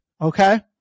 okay